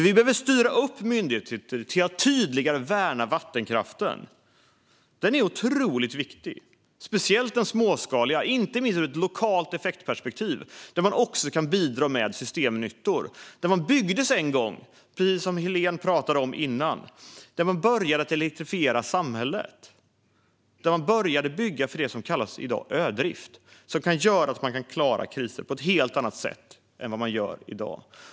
Vi behöver styra upp myndigheter så att de tydligare värnar vattenkraften. Den är otroligt viktig, speciellt den småskaliga, inte minst ur ett lokalt effektperspektiv där man också kan bidra med systemnyttor. Dessa kraftverk byggdes en gång, som Helene talade om tidigare, när man började elektrifiera samhället. Man började bygga för det som i dag kallas ödrift, som kan göra att vi klarar kriser på ett helt annat sätt än vi gör i dag.